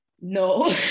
No